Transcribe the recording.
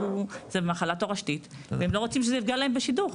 זו מחלה תורשתית והם לא רוצים שזה יפגע להם בשידוך.